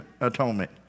atonement